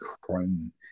chrome